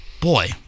boy